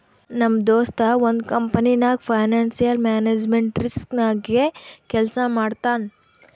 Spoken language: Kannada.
ನಮ್ ದೋಸ್ತ ಒಂದ್ ಕಂಪನಿನಾಗ್ ಫೈನಾನ್ಸಿಯಲ್ ಮ್ಯಾನೇಜ್ಮೆಂಟ್ ರಿಸ್ಕ್ ನಾಗೆ ಕೆಲ್ಸಾ ಮಾಡ್ತಾನ್